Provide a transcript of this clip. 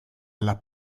alla